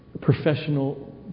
professional